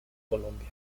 colombia